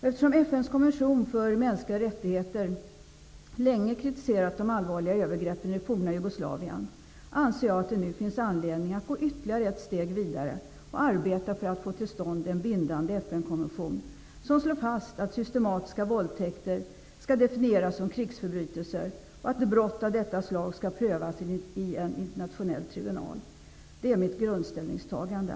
Eftersom FN:s konvention för mänskliga rättigheter länge kritiserat de allvarliga övergreppen i det forna Jugoslavien, anser jag att det nu finns anledning att gå ytterligare ett steg vidare och arbeta för att få till stånd en bindande FN-konvention som slår fast att systematiska våldtäkter skall definieras som krigsförbrytelser och att brott av detta slag skall prövas i en internationell tribunal. Det är mitt grundställningstagande.